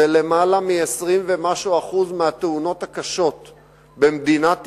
ולמעלה מ-20% מהתאונות הקשות במדינת ישראל,